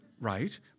right